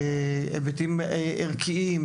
היבטים ערכיים,